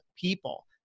people